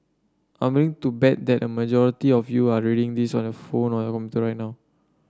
I'm willing to bet that a majority of you are reading this on your phone or your right now